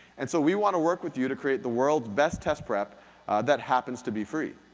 and so, we wanna work with you to create the world's best test prep that happens to be free.